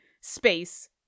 space